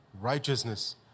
Righteousness